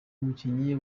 umukinnyi